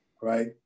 right